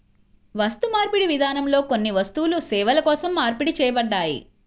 వస్తుమార్పిడి విధానంలో కొన్ని వస్తువులు సేవల కోసం మార్పిడి చేయబడ్డాయి